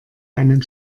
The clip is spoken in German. einen